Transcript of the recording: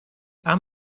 han